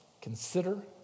Consider